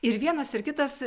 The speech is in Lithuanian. ir vienas ir kitas